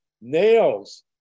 nails